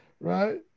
right